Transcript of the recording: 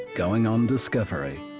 going on discovery.